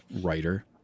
writer